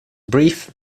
brief